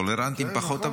טולרנטיים פחות,